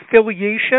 affiliation